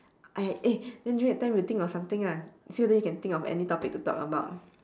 !aiya! eh then during that time we think of something ah see whether you can think of any topic to talk about